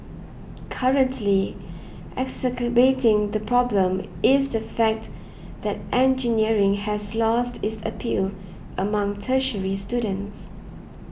currently exacerbating the problem is the fact that engineering has lost its appeal among tertiary students